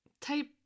type